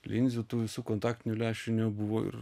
linzių tų visų kontaktinių lęšių nebuvo ir